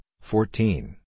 fourteen